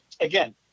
again